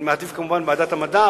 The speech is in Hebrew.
אני מעדיף כמובן לוועדת המדע,